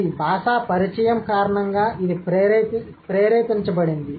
ఇది భాష పరిచయం కారణంగా ఇది ప్రేరేపించబడింది